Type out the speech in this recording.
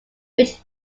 which